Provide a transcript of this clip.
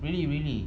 really really